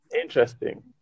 Interesting